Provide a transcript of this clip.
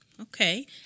Okay